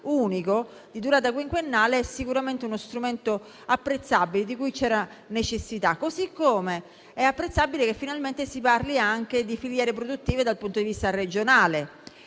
unico, di durata quinquennale, è sicuramente uno strumento apprezzabile, di cui vi era necessità. Allo stesso modo, è apprezzabile che finalmente si parli anche di filiere produttive dal punto di vista regionale,